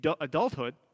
adulthood